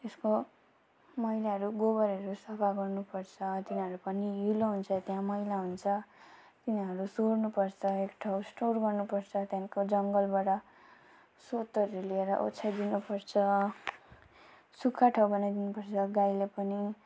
त्यसको मैलाहरू गोबरहरू सफा गर्नुपर्छ तिनीहरू पनि हिलो हुन्छ त्यहाँ मैला हुन्छ तिनीहरू सोहोर्नुपर्छ एक ठाउँ स्टोर गर्नुपर्छ त्यहाँदेखिको जङ्गलबाट सोत्तरहरू ल्याएर आछ्याइ दिनुपर्छ सुक्खा ठाउँ बनाइ दिनुपर्छ गाईलाई पनि